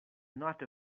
not